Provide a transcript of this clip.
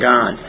God